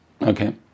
okay